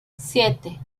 siete